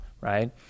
right